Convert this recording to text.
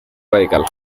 radical